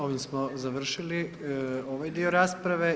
Ovim smo završili ovaj dio rasprave.